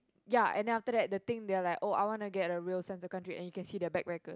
ya and then after that the thing they are like oh I want to get a real sense of country and you can see their bad record